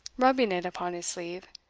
rubbing it upon his sleeve,